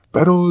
Pero